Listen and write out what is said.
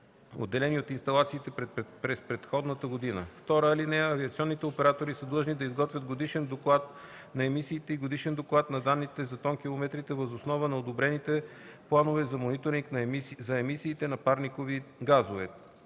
отделени от инсталацията през предходната година. (2) Авиационните оператори са длъжни да изготвят годишен доклад на емисиите и годишен доклад на данните за тонкилометрите въз основа на одобрените планове за мониторинг за емисиите на парникови газове.